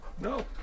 No